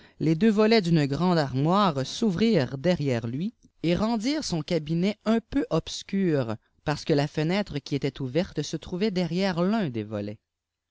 tes deux volets d'une grande armoire s'ouvrirent derrièi'e lui et rendirent son càbîiièt un peu obscur parce que la fenêtre qui était ouyèiié se trouvait derrière l'un des volets